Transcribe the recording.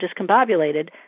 discombobulated